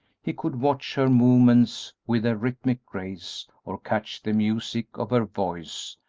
he could watch her movements with their rhythmic grace or catch the music of her voice,